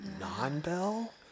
non-bell